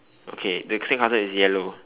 okay the sandcastle is yellow